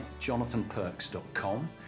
jonathanperks.com